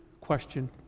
question